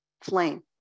flame